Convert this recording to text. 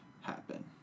happen